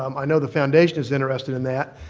um i know the foundation is interested in that.